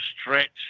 stretch